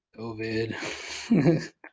covid